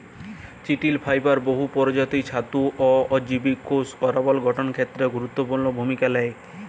চিটিল ফাইবার বহুত পরজাতির ছাতু অ অলুজীবের কষ আবরল সংগঠলের খ্যেত্রে গুরুত্তপুর্ল ভূমিকা লেই